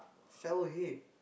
shower head